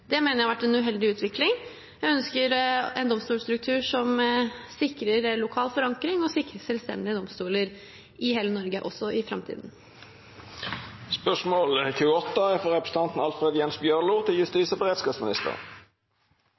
Det mener jeg har vært en uheldig utvikling. Jeg ønsker en domstolstruktur som sikrer lokal forankring og sikrer selvstendige domstoler i hele Norge, også i framtiden. «Regjeringa foreslår å reversere løysinga med eitt felles fagleg domstolmiljø i Sogn og